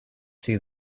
see